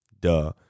duh